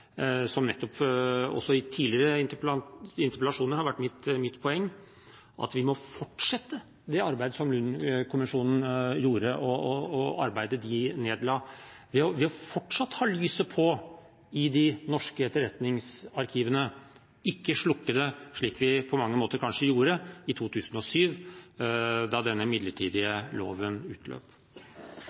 også i tidligere interpellasjoner nettopp har vært mitt poeng: at vi må fortsette det arbeidet som Lund-kommisjonen nedla, ved fortsatt å ha lyset på i de norske etterretningsarkivene – ikke slukke det, slik vi på mange måter kanskje gjorde i 2007, da denne midlertidige loven